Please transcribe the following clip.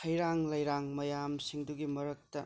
ꯍꯩꯔꯥꯡ ꯂꯩꯔꯥꯡ ꯃꯌꯥꯝꯁꯤꯡꯗꯨꯒꯤ ꯃꯔꯛꯇ